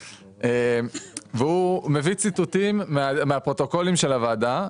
והוא מביא ציטוטים מהפרוטוקולים של הוועדה.